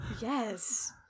Yes